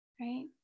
right